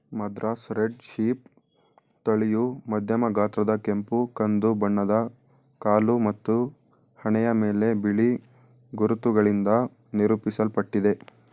Madras red sheep ತಳಿಯು ಮಧ್ಯಮ ಗಾತ್ರದ ಕೆಂಪು ಕಂದು ಬಣ್ಣದ ಕಾಲು ಮತ್ತು ಹಣೆಯ ಮೇಲೆ ಬಿಳಿ ಗುರುತುಗಳಿಂದ ನಿರೂಪಿಸಲ್ಪಟ್ಟಿದೆ